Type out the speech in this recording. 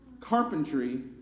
carpentry